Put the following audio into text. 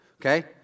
Okay